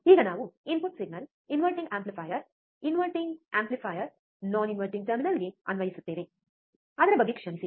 ಈಗ ನಾವು input signal inverting amplifier inverting amplifier non inverting ಟರ್ಮಿನಲ್ಗೆ ಅನ್ವಯಿಸುತ್ತೇವೆ ಅದರ ಬಗ್ಗೆ ಕ್ಷಮಿಸಿ